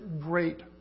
great